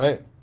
Right